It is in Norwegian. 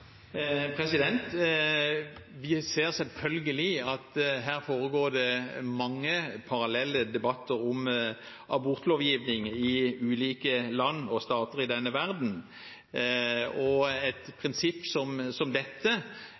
Vi ser selvfølgelig at det foregår mange parallelle debatter om abortlovgivning i ulike land og stater i verden. Et prinsipp som dette